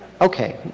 Okay